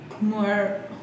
more